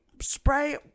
spray